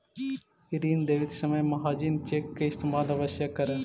ऋण देवित समय महाजनी चेक के इस्तेमाल अवश्य करऽ